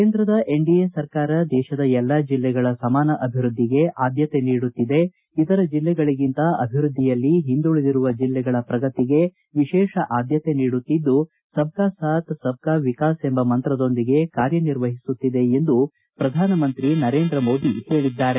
ಕೇಂದ್ರದ ಎನ್ಡಿಎ ಸರ್ಕಾರ ದೇಶದ ಎಲ್ಲಾ ಜಿಲ್ಲೆಗಳ ಸಮಾನ ಅಭಿವೃದ್ದಿಗೆ ಆದ್ಯತೆ ನೀಡುತ್ತಿದೆ ಇತರ ಜಿಲ್ಲೆಗಳಗಿಂತ ಅಭಿವೃದ್ಧಿಯಲ್ಲಿ ಹಿಂದುಳಿದಿರುವ ಜಿಲ್ಲೆಗಳ ಪ್ರಗತಿಗೆ ವಿಶೇಷ ಆದ್ಯತೆ ನೀಡುತ್ತಿದ್ದು ಸಬ್ ಕಾ ಸಾತ್ ಸಬ್ ಕಾ ವಿಕಾಸ್ ಎಂಬ ಮಂತ್ರದೊಂದಿಗೆ ಕಾರ್ಯನಿರ್ವಹಿಸುತ್ತಿದೆ ಎಂದು ಪ್ರಧಾನಮಂತ್ರಿ ನರೇಂದ್ರ ಮೋದಿ ಹೇಳಿದ್ದಾರೆ